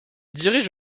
dirige